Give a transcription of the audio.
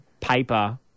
paper